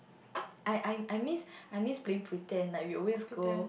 I I I miss I miss playing pretend like we always go